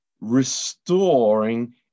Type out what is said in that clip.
restoring